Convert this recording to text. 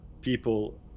people